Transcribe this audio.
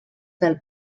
del